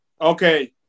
Okay